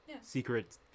secret